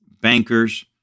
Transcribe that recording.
bankers